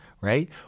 right